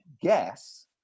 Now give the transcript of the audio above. guess